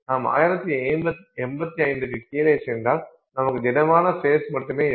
நாம் 1085 க்கு கீழே சென்றால் நமக்கு திடமான ஃபேஸ் மட்டுமே இருக்கும்